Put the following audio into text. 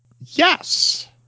Yes